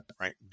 right